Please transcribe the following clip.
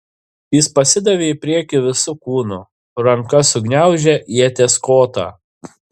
jis pasidavė į priekį visu kūnu ranka sugniaužė ieties kotą